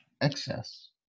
excess